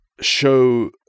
show